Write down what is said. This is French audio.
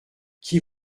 qui